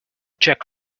jack